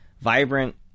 vibrant